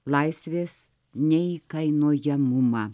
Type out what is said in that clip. laisvės neįkainojamumą